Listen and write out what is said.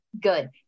good